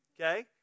okay